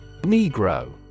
Negro